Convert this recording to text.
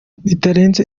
bitarenze